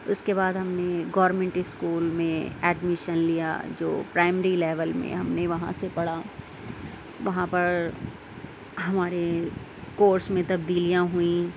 اس کے بعد ہم نے گورنمنٹ اسکول میں ایڈمیشن لیا جو پرائمری لیول میں ہم نے وہاں سے پڑھا وہاں پر ہمارے کورس میں تبدیلیاں ہوئیں